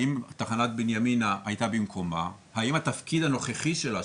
האם תחנת בנימינה הייתה במקומה והאם התפקיד הנוכחי שלה,